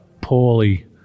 poorly